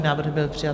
Návrh byl přijat.